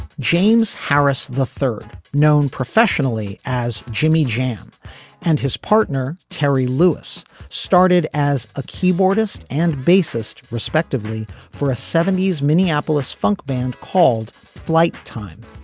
james harris. the third known professionally as jimmy jam and his partner terry lewis started as a keyboardist and bassist respectively for a seventy s minneapolis funk band called flight time.